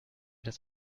das